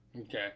okay